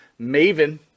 Maven